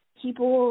people